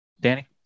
Danny